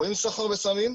רואים סחר בסמים.